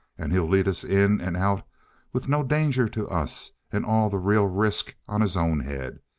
and he'll lead us in and out with no danger to us and all the real risk on his own head.